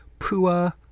Pua